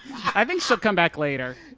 i think she'll come back later.